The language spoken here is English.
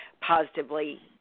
positively